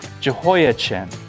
Jehoiachin